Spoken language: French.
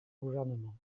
gouvernement